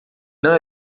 não